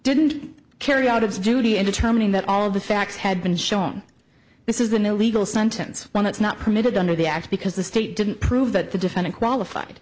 didn't carry out its duty in determining that all of the facts had been shown this is an illegal sentence when it's not permitted under the act because the state didn't prove that the defendant qualified